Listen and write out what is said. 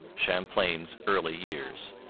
champlain's early years